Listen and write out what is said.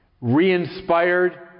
re-inspired